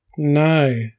No